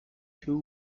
two